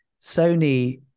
Sony